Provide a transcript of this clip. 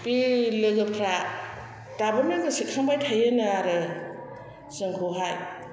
बि लोगोफ्रा दाबोनो गोसोखांबाय थायोनोआरो जोंखौहाय